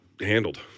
handled